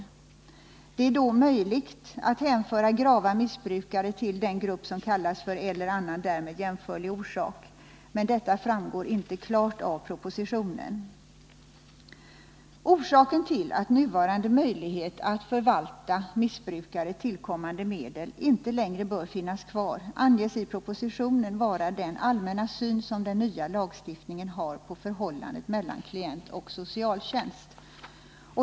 Det är då möjligt att hänföra grava missbrukare till den grupp som omfattas av vad man kallar ”eller annan därmed jämförlig orsak”, men detta framgår inte klart av propositionen. Orsaken till att nuvarande möjlighet att förvalta medel som tillkommer missbrukare inte längre bör finnas kvar anges i propositionen vara den allmänna syn som den nya lagstiftningen har på förhållandet mellan klient och socialtjänst.